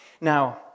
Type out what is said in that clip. Now